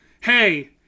Hey